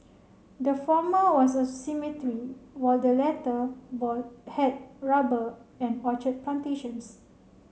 the former was a were the latter had rubber and orchard plantations